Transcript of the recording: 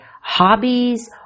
hobbies